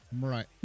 Right